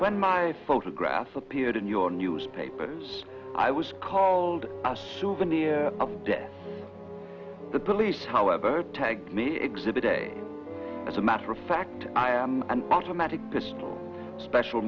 when my photographs appeared in your newspapers i was called a souvenir of death the police however tag me exhibit a as a matter of fact i am an automatic pistol special